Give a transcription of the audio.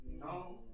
no